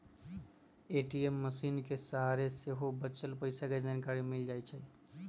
ATM मशीनके सहारे सेहो बच्चल पइसा के जानकारी मिल जाइ छइ